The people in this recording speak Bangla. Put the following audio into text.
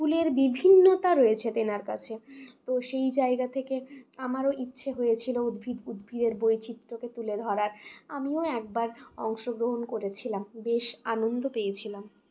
ফুলের বিভিন্নতা রয়েছে তেনার কাছে তো সেই জায়গা থেকে আমারও ইচ্ছে হয়েছিল উদ্ভিদ উদ্ভিদের বৈচিত্র্যকে তুলে ধরার আমিও একবার অংশগ্রহণ করেছিলাম বেশ আনন্দ পেয়েছিলাম